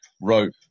rope